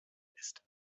ist